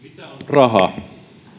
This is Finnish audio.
raha